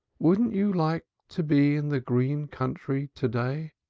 wouldn't you like to be in the green country to-day?